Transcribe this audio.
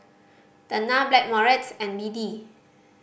Tena Blackmores and B D